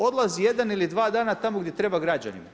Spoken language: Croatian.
Odlazi jedan ili dva dana tamo gdje treba građanima.